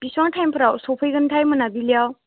बेसेबां टाइमफोराव सफैगोनथाय मोनाबिलियाव